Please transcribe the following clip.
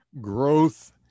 growth